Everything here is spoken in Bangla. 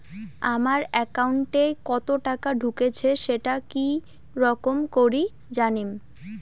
আমার একাউন্টে কতো টাকা ঢুকেছে সেটা কি রকম করি জানিম?